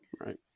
Right